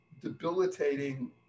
debilitating